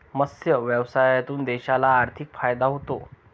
मत्स्य व्यवसायातून देशाला आर्थिक फायदा होतो